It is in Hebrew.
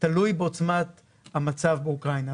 תלוי בעוצמת המצב באוקראינה.